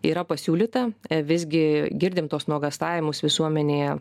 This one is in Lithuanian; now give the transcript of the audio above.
yra pasiūlyta visgi girdim tuos nuogąstavimus visuomenėje